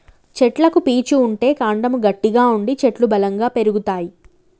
చెట్లకు పీచు ఉంటే కాండము గట్టిగా ఉండి చెట్లు బలంగా పెరుగుతాయి